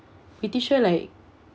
pretty sure like